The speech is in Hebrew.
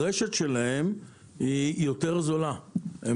הרשת שלהם היא יותר זולה.